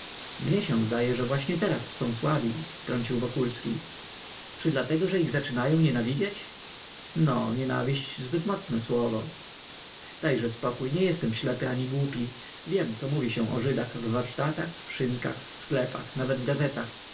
się zdaje że właśnie teraz są słabsi wtrącił wokulski czy dlatego że ich zaczynają nienawidzieć no nienawiść zbyt silne słowo dajże spokój nie jestem ślepy ani głupi wiem co mówi się o żydach w warsztatach szynkach sklepach nawet w gazetach